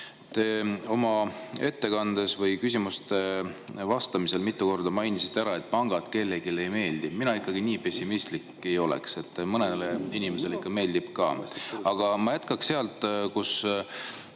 Te oma ettekandes küsimustele vastates mitu korda mainisite, et pangad ei meeldi kellelegi. Mina ikkagi nii pessimistlik ei oleks, mõnele inimesele ikka meeldivad ka. Aga ma jätkan sealt, kus